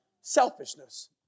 selfishness